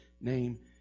name